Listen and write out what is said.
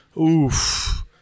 oof